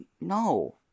No